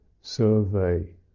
survey